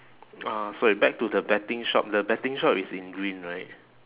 uh sorry back to the betting shop the betting shop is in green right